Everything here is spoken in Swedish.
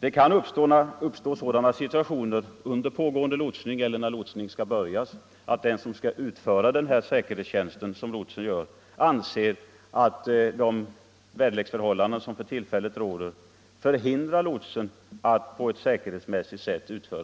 Det kan under pågående lotsning eller när lotsning skall börjas inträffa att den lots som skall utföra denna säkerhetstjänst anser att de väderleksförhållanden som för tillfället råder förhindrar honom att fullgöra